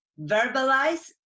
verbalize